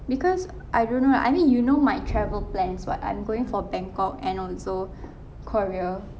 because I don't know I mean you know my travel plans [what] I'm going for bangkok and also korea